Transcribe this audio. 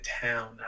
town